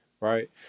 right